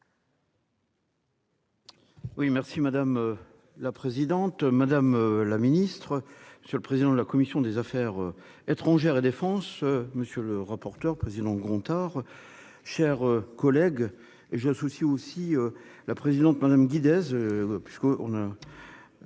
Oui merci madame la présidente, madame la ministre sur le président de la commission des affaires étrangères et Défense. Monsieur le rapporteur, président Gontard. Chers collègues et je souci aussi la présidente madame Guy Days. Puisqu'on a.